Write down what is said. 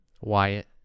Wyatt